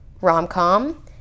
Rom-com